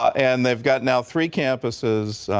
and they've got now three campuses.